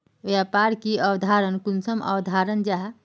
व्यापार की अवधारण कुंसम अवधारण जाहा?